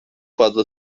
fazla